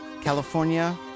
California